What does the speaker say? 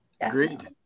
Agreed